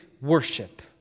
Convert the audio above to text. worship